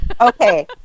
Okay